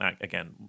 again